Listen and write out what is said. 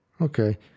Okay